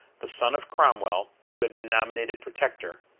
the son of cromwell, who had been nominated protector,